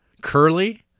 Curly